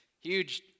huge